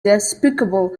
despicable